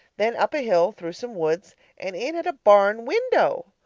then up a hill through some woods and in at a barn window!